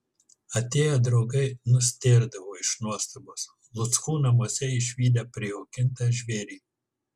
atėję draugai nustėrdavo iš nuostabos luckų namuose išvydę prijaukintą žvėrį